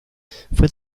fue